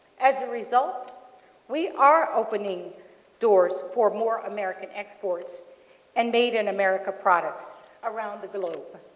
as a result we are opening doors for more american exports and made in america products around the globe.